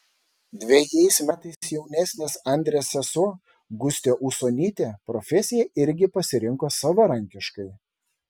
dvejais metais jaunesnė andrės sesuo gustė usonytė profesiją irgi pasirinko savarankiškai